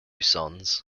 sons